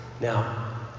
now